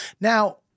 Now